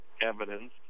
evidence